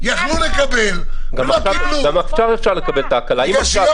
זה משהו שאני